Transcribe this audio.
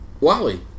Wally